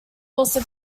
also